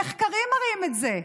המחקרים מראים את זה.